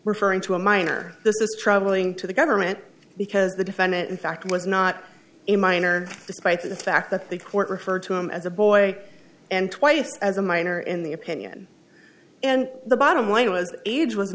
referring to a minor this is troubling to the government because the defendant in fact was not a minor despite the fact that the court referred to him as a boy and twice as a minor in the opinion and the bottom line was age was